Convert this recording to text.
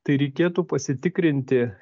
tai reikėtų pasitikrinti